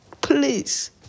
please